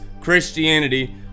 Christianity